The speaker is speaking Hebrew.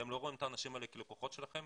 אתם לא רואים את האנשים האלה כלקוחות שלכם?